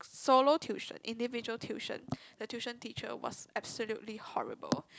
solo tuition individual tuition the tuition teacher was absolutely horrible